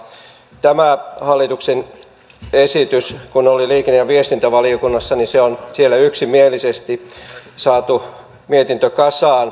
kun tämä hallituksen esitys oli liikenne ja viestintävaliokunnassa niin siellä on yksimielisesti saatu mietintö kasaan